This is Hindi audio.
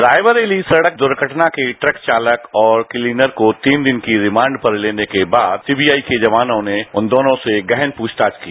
रायबरेली सड़क दुधर्टना के ट्रक चालक और क्लीनर को तीन दिन की रिमांड पर लेने के बाद सीबीआई के जवानों ने उन दोनों से गहन पुछताछ की